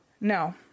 no